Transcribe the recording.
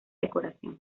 decoración